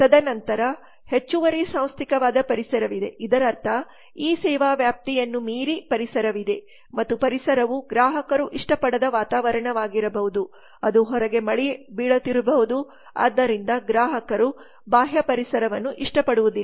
ತದನಂತರ ಹೆಚ್ಚುವರಿ ಸಾಂಸ್ಥಿಕವಾದ ಪರಿಸರವಿದೆ ಇದರರ್ಥ ಈ ಸೇವಾ ವ್ಯಾಪ್ತಿಯನ್ನು ಮೀರಿ ಪರಿಸರವಿದೆ ಮತ್ತು ಪರಿಸರವು ಗ್ರಾಹಕರು ಇಷ್ಟಪಡದ ವಾತಾವರಣವಾಗಿರಬಹುದು ಅದು ಹೊರಗೆ ಮಳೆ ಬೀಳಬಹುದು ಆದ್ದರಿಂದ ಗ್ರಾಹಕರು ಬಾಹ್ಯ ಪರಿಸರವನ್ನು ಇಷ್ಟಪಡುವುದಿಲ್ಲ